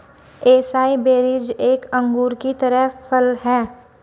acai berries एक अंगूर की तरह फल हैं